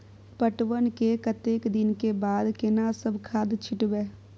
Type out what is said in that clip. पटवन के कतेक दिन के बाद केना सब खाद छिटबै?